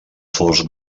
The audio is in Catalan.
fos